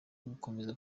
ugukomeza